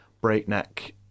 breakneck